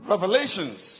Revelations